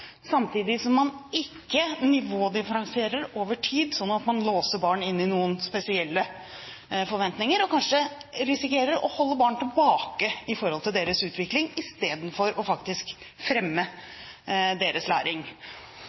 samtidig som man ikke nivådifferensierer over tid sånn at man låser barn inn i noen spesielle forventninger og kanskje risikerer å holde barn tilbake i forhold til deres utvikling istedenfor faktisk å fremme deres læring.